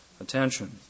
attention